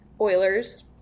oilers